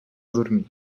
dormir